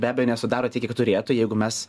be abejo nesudaro tiek kiek turėtų jeigu mes